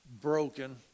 broken